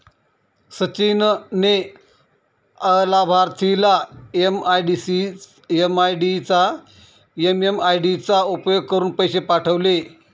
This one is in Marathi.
सचिन ने अलाभार्थीला एम.एम.आय.डी चा उपयोग करुन पैसे पाठवले